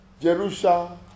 Jerusalem